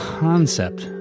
concept